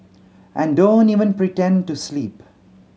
and don't even pretend to sleep